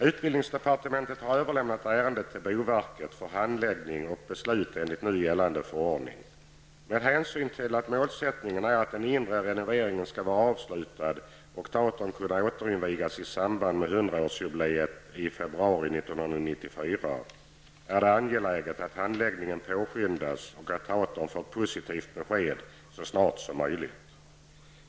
Utbildningsdepartmentet har överlämnat ärendet till boverket för handläggning och beslut enligt nu gällande förordning. Med hänsyn till att målsättningen är att den inre renoveringen skall vara avslutad och teatern kunna återinvigas i samband med 100-årsjubileet i februari 1994 är det angeläget att handläggningen påskyndas och teatern får ett positivt besked så snart som möjligt.